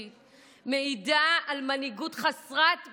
מעידה על מנהיגות חסרת ביטחון,